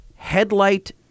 Headlight